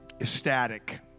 ecstatic